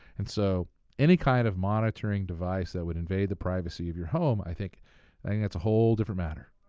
and so any kind of monitoring device that would invade the privacy of your home, i think and that's a whole different matter.